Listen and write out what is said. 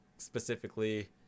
specifically